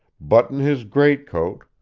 button his greatcoat,